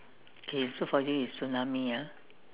okay for this is tsunami ah